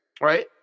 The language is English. right